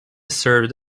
served